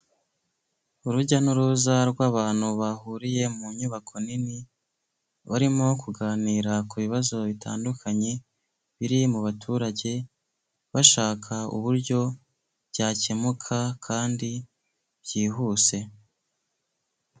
Urujya n'uruza rw'abantu bahuriye mu nyubako nini, barimo kuganira ku bibazo bitandukanye biri mu baturage bashaka uburyo byakemuka kandi byihuse.